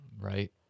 Right